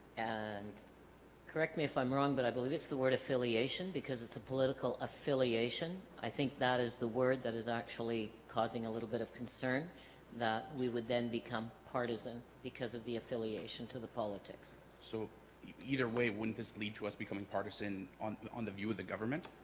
and correct me if i'm wrong but i believe it's the word affiliation because it's a political affiliation i think that is the word that is actually causing a little bit of concern that we would then become partisan because of the affiliation to the politics so either way wouldn't this lead to us becoming partisan on on the view of the government